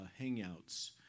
hangouts